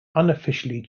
unofficially